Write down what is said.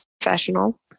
professional